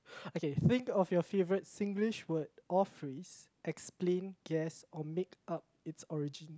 okay think of your favourite Singlish word or phrase explain guess or make up its origin